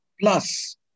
Plus